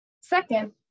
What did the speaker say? Second